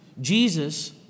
Jesus